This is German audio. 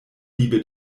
liebe